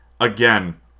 again